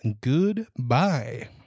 Goodbye